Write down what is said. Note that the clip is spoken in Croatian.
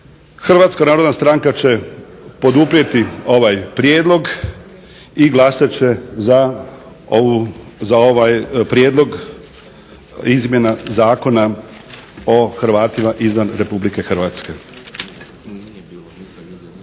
Hrvatska narodna stranka će poduprijeti ovaj prijedlog i glasat će za ovaj Prijedlog izmjena Zakona o Hrvatima izvan Republike Hrvatske.